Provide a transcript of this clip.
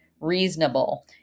reasonable